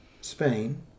Spain